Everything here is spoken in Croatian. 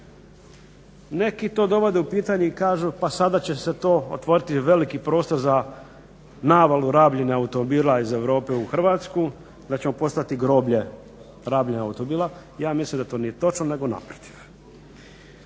Neki to dovode u pitanje i kažu pa sada će se to otvoriti veliki prostor za navalu rabljenih automobila iz Europe u Hrvatsku, da ćemo postati groblje rabljenih automobila. Ja mislim da to nije točno nego naprotiv.